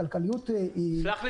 הכלכליות --- סלח לי,